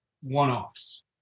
one-offs